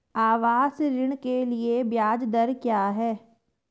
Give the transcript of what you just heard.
आवास ऋण के लिए ब्याज दर क्या हैं?